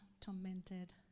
tormented